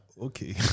okay